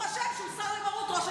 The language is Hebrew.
את הסרבנות של